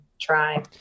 try